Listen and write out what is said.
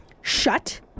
Shut